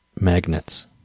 magnets